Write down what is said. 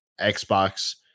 Xbox